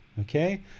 Okay